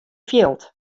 fjild